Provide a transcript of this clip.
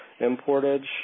Importage